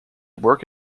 work